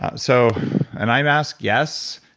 ah so an eye mask yes.